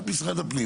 את משרד הפנים,